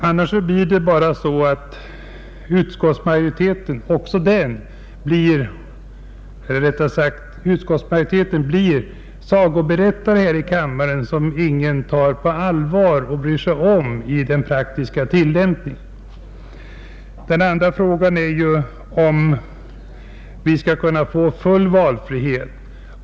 Annars blir utskottsmajoriteten bara en sagoberättare här i kammaren som ingen tar på allvar och bryr sig om i den praktiska tillämpningen. Den andra delen av frågan är om vi skall få full valfrihet.